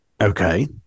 Okay